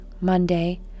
Monday